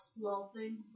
clothing